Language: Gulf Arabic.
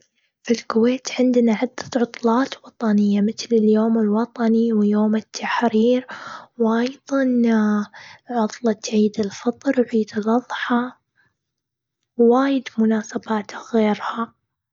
في الكويت عندنا عدة عطلات وطنية، مثل اليوم الوطني ويوم التحرير، وأيضاً عطلة عيد الفطر وعيد الأضحى. ووايد مناسبات غيرها.